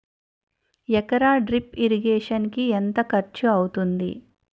ఎకర drip irrigation కి ఎంత ఖర్చు అవుతుంది?